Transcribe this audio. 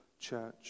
church